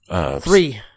Three